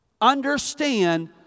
Understand